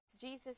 Jesus